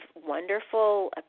wonderful